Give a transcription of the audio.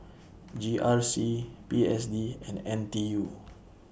G R C P S D and N T U